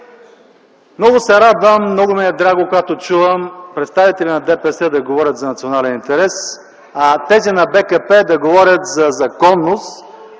Много се радвам, много ми е драго когато чувам представители на ДПС да говорят за национален интерес, а тези на БКП да говорят за законност